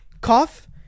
cough